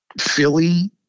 Philly